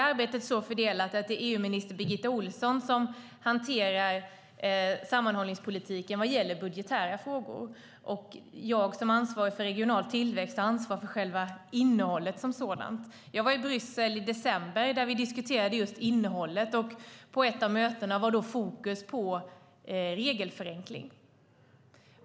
Arbetet är så fördelat att det är EU-minister Birgitta Ohlsson som hanterar sammanhållningspolitiken vad gäller budgetära frågor, och jag som ansvarig för regional tillväxt tar ansvar för själva innehållet som sådant. Jag var i Bryssel i december, då vi diskuterade just innehållet. På ett av mötena var det fokus på regelförenkling.